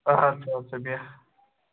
اَدٕ سا اَدٕ سا بیٚہہ